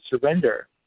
surrender